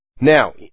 Now